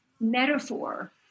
metaphor